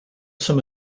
some